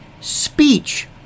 Speech